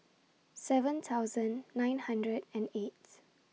seven thousand nine hundred and eights